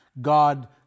God